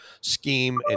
scheme